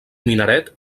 minaret